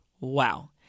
Wow